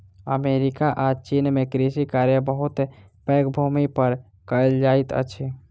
America आ चीन में कृषि कार्य बहुत पैघ भूमि पर कएल जाइत अछि